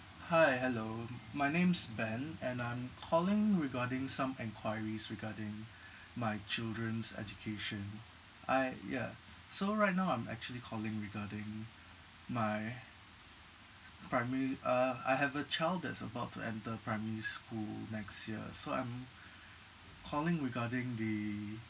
hi hello my name's ben and I'm calling regarding some enquiries regarding my children's education I yeah so right now I'm actually calling regarding my primary uh I have a child that's about to enter primary school next year so I'm calling regarding the